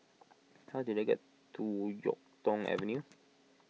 how do I get to Yuk Tong Avenue